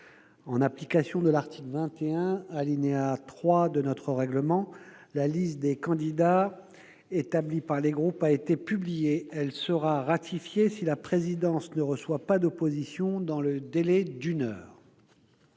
En application de l'article 21, alinéa 3, du règlement, la liste des candidats établie par les groupes a été publiée. Elle sera ratifiée si la présidence ne reçoit pas d'opposition dans le délai d'une heure.